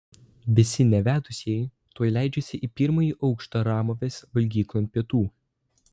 visi nevedusieji tuoj leidžiasi į pirmąjį aukštą ramovės valgyklon pietų